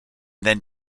then